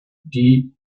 die